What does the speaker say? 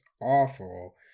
awful